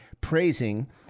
praising